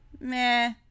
meh